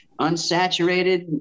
unsaturated